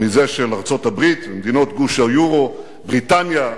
מזה של ארצות-הברית, מדינות גוש היורו, בריטניה,